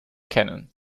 kennen